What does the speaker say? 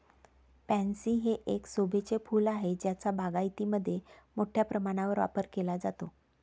pansy हे एक शोभेचे फूल आहे ज्याचा बागायतीमध्ये मोठ्या प्रमाणावर वापर केला जातो